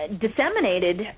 disseminated